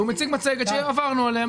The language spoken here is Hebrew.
הוא מציג מצגת שעברנו עליה.